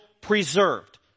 preserved